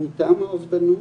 התמותה מאובדנות